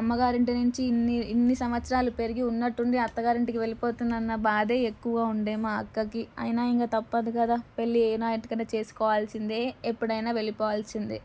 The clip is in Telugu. అమ్మగారింటి నుంచి ఇన్ని ఇన్ని సంవత్సరాలు పెరిగి ఉన్నట్టుండి అత్తగారింటికి వెళ్ళిపోతుందన్న బాధే ఎక్కువగా ఉండే మా అక్కకి అయినా ఇంకా తప్పదు కదా పెళ్ళి ఏ నాటికైనా చేసుకోవాల్సిందే ఎప్పుడైనా వెళ్ళిపోవాల్సిందే